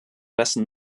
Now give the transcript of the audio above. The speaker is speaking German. wessen